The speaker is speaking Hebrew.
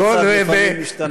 והשר לפעמים משתנה.